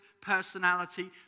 personality